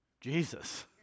Jesus